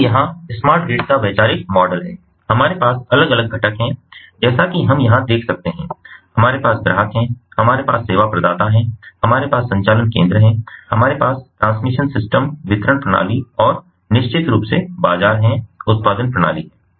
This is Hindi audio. इसलिए यहां स्मार्ट ग्रिड का वैचारिक मॉडल है हमारे पास अलग अलग घटक हैं जैसा कि हम यहां देख सकते हैं हमारे पास ग्राहक हैं हमारे पास सेवा प्रदाता हैं हमारे पास संचालन केंद्र हैं हमारे पास ट्रांसमिशन सिस्टम वितरण प्रणाली और निश्चित रूप से बाजार हैं उत्पादन प्रणाली हैं